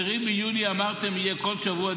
מ-10 ביוני אמרתם: יהיה דיון בכל שבוע.